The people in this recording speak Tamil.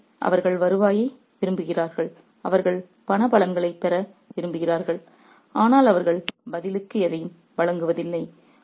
எனவே அவர்கள் வருவாயை விரும்புகிறார்கள் அவர்கள் பண பலன்களை விரும்புகிறார்கள் ஆனால் அவர்கள் பதிலுக்கு எதையும் வழங்குவதில்லை